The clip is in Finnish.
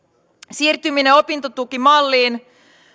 siirtyminen opintotukimalliin